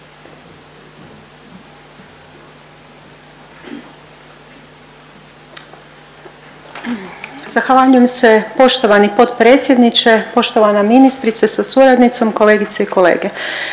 Zahvaljujem se. Poštovani potpredsjedniče, poštovana ministrice sa suradnicom, kolegice i kolege,